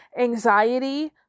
Anxiety